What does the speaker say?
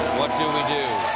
what do we do?